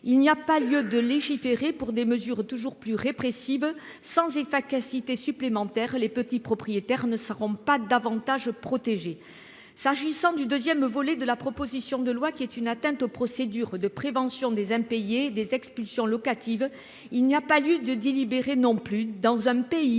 Il n'y a pas lieu de légiférer pour des mesures toujours plus répressives sans. Cacité supplémentaires, les petits propriétaires ne seront pas davantage protégés. S'agissant du 2ème volet de la proposition de loi qui est une atteinte aux procédures de prévention des impayés des expulsions locatives. Il n'y a pas lieu de délibérer non plus dans un pays